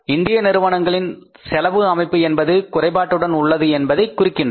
இந்திய நிறுவனங்களின் செலவு அமைப்பு என்பது குறைபாட்டுடன் உள்ளது என்பதை குறிக்கின்றது